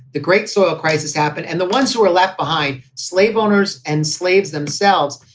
the great soil crisis happened. and the ones who were left behind, slave owners and slaves themselves,